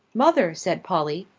mother, said polly,